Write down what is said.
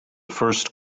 first